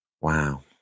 Wow